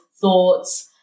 thoughts